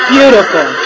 Beautiful